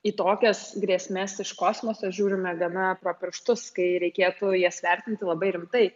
į tokias grėsmes iš kosmoso žiūrime gana pro pirštus kai reikėtų jas vertinti labai rimtai